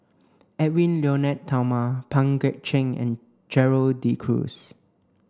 Edwy Lyonet Talma Pang Guek Cheng and Gerald De Cruz